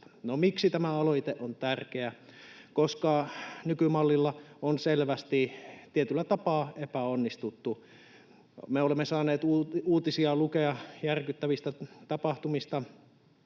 miksi tämä aloite on tärkeä? Koska nykymallilla on selvästi tietyllä tapaa epäonnistuttu. Me olemme saaneet lukea uutisia järkyttävistä tapahtumista,